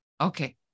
Okay